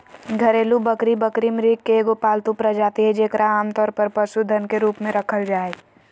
घरेलू बकरी बकरी, मृग के एगो पालतू प्रजाति हइ जेकरा आमतौर पर पशुधन के रूप में रखल जा हइ